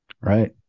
Right